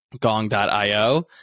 gong.io